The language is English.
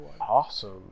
Awesome